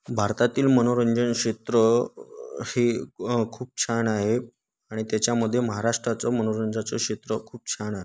भारतातील मनोरंजन क्षेत्र हे खूप छान आहे आणि त्याच्यामध्ये महाराष्ट्राचं मनोरंजनाचं क्षेत्र खूप छान आहे